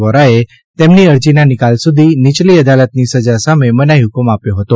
વોરાએ તેમની અરજીના નિકાલ સુધી નીચલી અદાલતની સજા સામે મનાઇ હકમ આપ્યો હતો